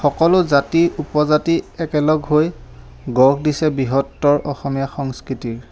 সকলো জাতি উপজাতি একেলগ হৈ গঢ় দিছে বৃহত্তৰ অসমীয়া সংস্কৃতিৰ